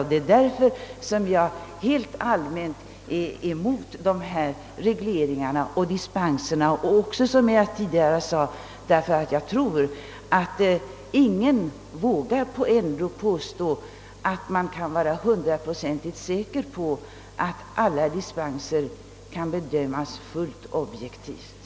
Därför är jag helt allmänt emot regleringar och dispenser. Jag tror att ingen ändå vågar påstå, att man kan vara hundraprocentigt säker på att alla dispensansökningar kan bedömas fullt objektivt.